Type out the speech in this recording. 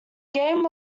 game